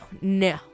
no